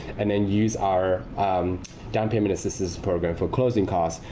and then use our down payment assistance program for closing costs.